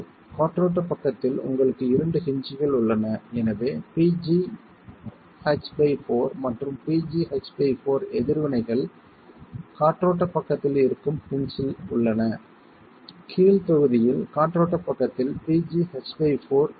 காற்றோட்டப் பக்கத்தில் உங்களுக்கு இரண்டு ஹின்ஜ்கள் உள்ளன எனவே pg h4 மற்றும் pg h4 எதிர்வினைகள் காற்றோட்டப் பக்கத்தில் இருக்கும் ஹின்ஜ்ல் உள்ளன கீழ்த் தொகுதியில் காற்றோட்டப் பக்கத்தில் pg h4 இருக்கும்